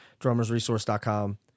drummersresource.com